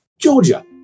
Georgia